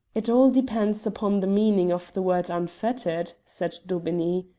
it all depends upon the meaning of the word unfettered, said daubeney.